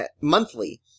monthly